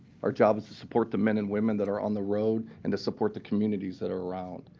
our job is to support the men and women that are on the road and to support the communities that are around.